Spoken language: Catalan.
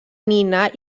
nina